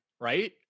right